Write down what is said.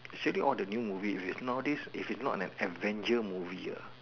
actually all the new movies if it is nowadays if is not an avenger movie ah